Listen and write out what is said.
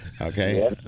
Okay